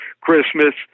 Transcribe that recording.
Christmas